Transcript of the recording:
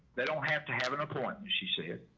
they don't have to have an appointment. she said,